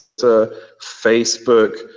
Facebook